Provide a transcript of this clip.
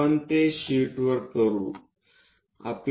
आपण ते शीटवर करू